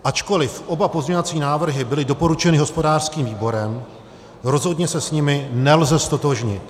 Ačkoliv oba pozměňovací návrhy byly doporučeny hospodářským výborem, rozhodně se s nimi nelze ztotožnit.